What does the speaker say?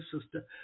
Sister